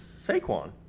Saquon